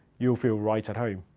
you'll feel right at home.